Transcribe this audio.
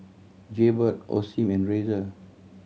Jaybird Osim and Razer